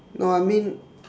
no I mean